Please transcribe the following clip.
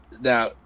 now